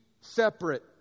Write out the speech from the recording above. separate